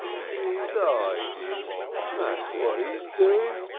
e's iding, that's what e's doing,